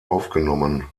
aufgenommen